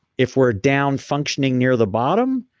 if we're down functioning near the bottom,